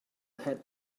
had